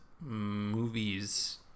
movies